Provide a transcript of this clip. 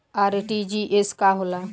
RTGS का होला?